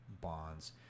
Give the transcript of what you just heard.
bonds